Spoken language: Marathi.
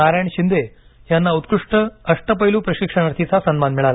नारायण शिंदे यांना उत्कृष्ट अष्टपैलू प्रशिक्षणार्थीचा सन्मान मिळाला